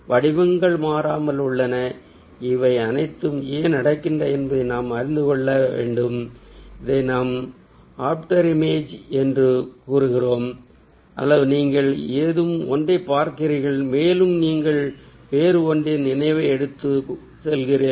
வடிவங்கள் மாறாமல் உள்ளன இவை அனைத்தும் ஏன் நடக்கின்றன என்பதை நாம் அறிந்து கொள்ள வேண்டும் இதை நாம் ஆஃப்டர் இமேஜ் என்று கூறுகிறோம் அல்லது நீங்கள் ஏதும் ஒன்றை பார்க்கிறீர்கள் மேலும் நீங்கள் வேறு ஒன்றின் நினைவை எடுத்துச் செல்கிறீர்கள்